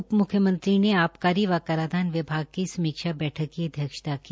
उपमुख्यमंत्री ने आबकारी एवं कराधान विभाग की समीक्षा बैठक की अध्यक्षता की